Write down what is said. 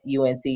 UNC